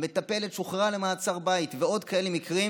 המטפלת שוחררה למעצר בית, ויש עוד כאלה מקרים.